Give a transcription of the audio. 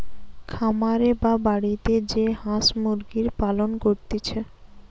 খামারে বা বাড়িতে যে হাঁস মুরগির পালন করতিছে